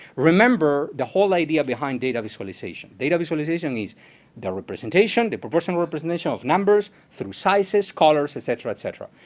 remember, the whole idea behind data visualization, data visualization is the representation, the proportional representation of numbers through sizes, colors, et cetera, et cetera.